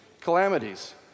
calamities